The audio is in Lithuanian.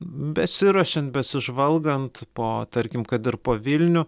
besiruošiant besižvalgant po tarkim kad ir po vilnių